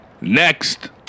Next